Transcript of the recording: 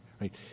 right